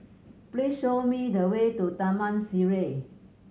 please show me the way to Taman Sireh